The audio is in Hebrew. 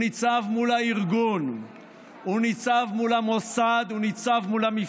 הוא ניצב מול הארגון,